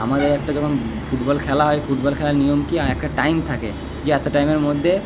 আমাদের একটা যখন ফুটবল খেলা হয় ফুটবল খেলার নিয়ম কি একটা টাইম থাকে যে একটা টাইমের মধ্যে